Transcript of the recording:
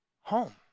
Home